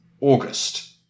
August